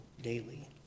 daily